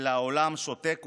אלא העולם שותק ומחריש".